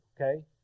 okay